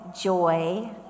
joy